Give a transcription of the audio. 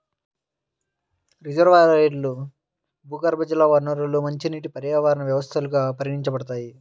రిజర్వాయర్లు, భూగర్భజల వనరులు మంచినీటి పర్యావరణ వ్యవస్థలుగా పరిగణించబడతాయి